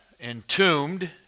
entombed